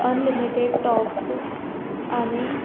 unlimited talks आनी